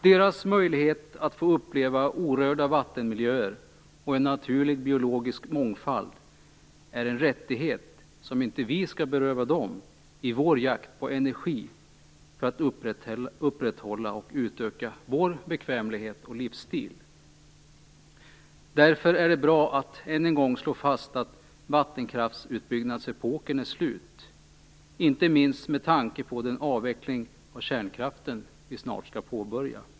Dessas möjlighet att få uppleva orörda vattenmiljöer och en naturlig biologisk mångfald är en rättighet som vi inte skall beröva dem i vår jakt på energi för att upprätthålla vår livsstil och utöka vår bekvämlighet. Därför är det bra att än en gång slå fast att vattenkraftsutbyggnadsepoken är slut, inte minst med tanke på den avveckling av kärnkraften som vi snart skall påbörja.